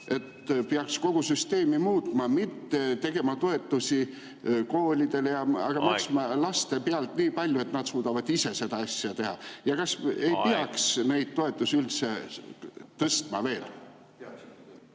et peaks kogu süsteemi muutma, mitte tegema toetusi koolidele ... Aeg! ... vaid maksma laste pealt nii palju, et nad suudavad ise seda asja teha. Kas ei peaks neid toetusi üldse veel